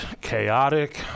chaotic